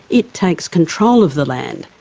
it takes control of the land.